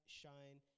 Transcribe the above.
shine